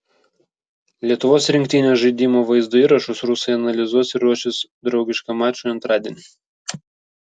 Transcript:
lietuvos rinktinės žaidimo vaizdo įrašus rusai analizuos ir ruošis draugiškam mačui antradienį